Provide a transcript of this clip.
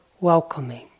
welcoming